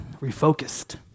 refocused